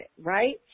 right